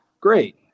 Great